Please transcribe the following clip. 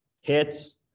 hits